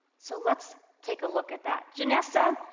so let's take a look at that. janessa,